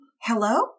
Hello